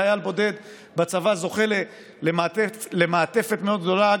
חייל בודד בצבא זוכה למעטפת מאוד גדולה.